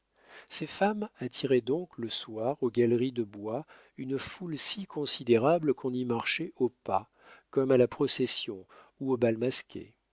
ces femmes attiraient donc le soir aux galeries de bois une foule si considérable qu'on y marchait au pas comme à la procession ou au bal masqué